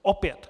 Opět.